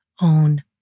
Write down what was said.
own